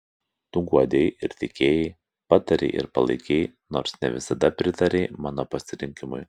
tu guodei ir tikėjai patarei ir palaikei nors ir ne visada pritarei mano pasirinkimui